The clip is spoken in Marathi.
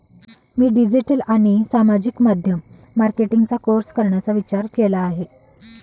मी डिजिटल आणि सामाजिक माध्यम मार्केटिंगचा कोर्स करण्याचा विचार केला आहे